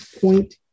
point